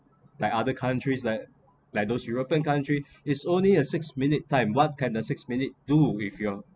like other countries like like those european country is only a six minute time what can the six minute do if you’re